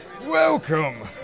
Welcome